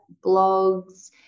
blogs